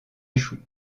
échoue